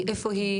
איפה היא?